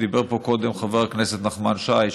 אמר פה קודם חבר הכנסת נחמן שי,